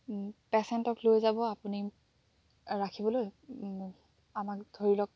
পেছেণ্টক লৈ যাব আপুনি ৰাখিবলৈ আমাক ধৰিলক